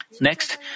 Next